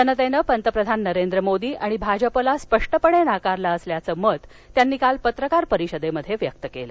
जनतेनं पंतप्रधान नरेंद्र मोदी आणि भाजपला स्पष्टपणे नाकारलं असल्याचं मत त्यांनी काल पत्रकार परिषदेत व्यक्त केलं